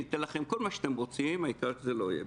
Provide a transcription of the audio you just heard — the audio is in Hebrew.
לבין מי שקרס מאיזושהי סיבה והפנה גב